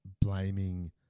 blaming